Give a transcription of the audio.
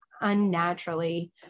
unnaturally